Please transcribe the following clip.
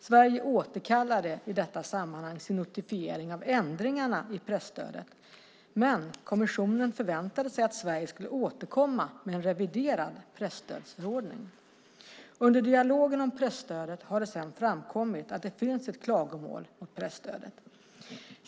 Sverige återkallade i detta sammanhang sin notifiering av ändringarna i presstödet, men kommissionen förväntade sig att Sverige skulle återkomma med en reviderad presstödsförordning. Under dialogen om presstödet har det sedan framkommit att det finns ett klagomål mot presstödet.